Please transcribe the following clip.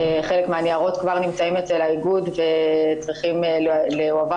חלק מהניירות כבר נמצאים אצל האיגוד וצריכים לעבור